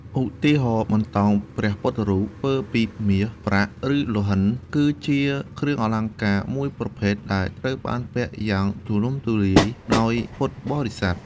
ឧទាហរណ៍ បន្តោងព្រះពុទ្ធរូប ធ្វើពីមាស ប្រាក់ ឬលង្ហិន គឺជាគ្រឿងអលង្ការមួយប្រភេទដែលត្រូវបានពាក់យ៉ាងទូលំទូលាយដោយពុទ្ធបរិស័ទ ជាពិសេសនៅកម្ពុជា។